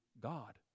God